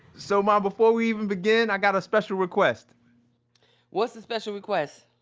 so mom, before we even begin, i got a special request what's the special request?